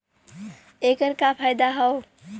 ऐकर का फायदा हव?